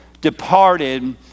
departed